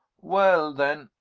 well, then,